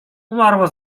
umarła